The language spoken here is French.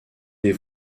des